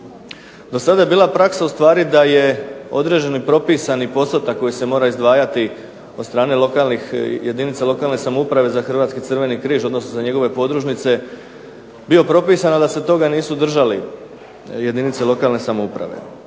Dosada je bila praksa ustvari da je određeni propisani postotak koji se mora izdvajati od strane lokalnih jedinica lokalne samouprave za Hrvatski Crveni križ, odnosno za njegove podružnice, bio propisan, a da se toga nisu držali jedinice lokalne samouprave.